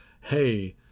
hey